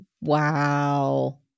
wow